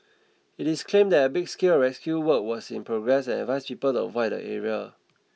it is claimed that a big scale of rescue work was in progress and advised people to avoid the area